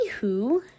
Anywho